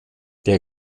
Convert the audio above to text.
der